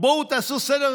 בואו תעשו סדר